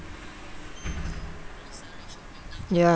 ya